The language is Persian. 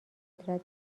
قدرت